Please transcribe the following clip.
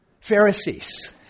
Pharisees